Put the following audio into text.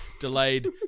delayed